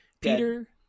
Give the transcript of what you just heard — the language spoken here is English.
Peter